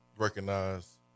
recognize